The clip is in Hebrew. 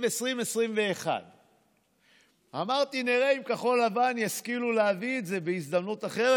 2021. אמרתי: נראה אם כחול לבן ישכילו להביא את זה בהזדמנות אחרת.